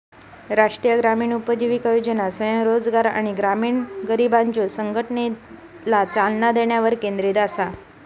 राष्ट्रीय ग्रामीण उपजीविका योजना स्वयंरोजगार आणि ग्रामीण गरिबांच्यो संघटनेला चालना देण्यावर केंद्रित असा